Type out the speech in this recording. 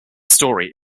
story